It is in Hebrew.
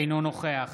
אינו נוכח